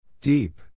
Deep